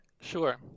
Sure